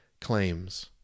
claims